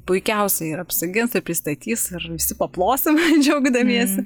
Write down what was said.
puikiausiai ir apsigins ir pristatys ir visi paplosim džiaugdamiesi